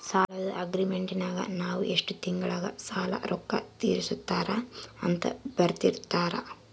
ಸಾಲದ್ದು ಅಗ್ರೀಮೆಂಟಿನಗ ನಾವು ಎಷ್ಟು ತಿಂಗಳಗ ಸಾಲದ ರೊಕ್ಕ ತೀರಿಸುತ್ತಾರ ಅಂತ ಬರೆರ್ದಿರುತ್ತಾರ